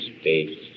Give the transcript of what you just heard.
space